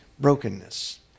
Brokenness